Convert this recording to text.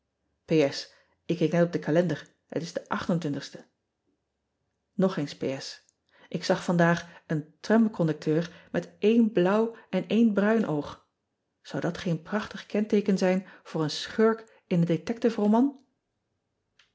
k keek net op de kalender et is de ste og eens k zag vandaag een tramconducteur met één blauw en één bruin oog ou dat geen prachtig kenteeken ziju voor een schurk in een detective